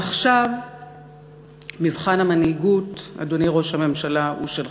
ועכשיו מבחן המנהיגות, אדוני ראש הממשלה, הוא שלך.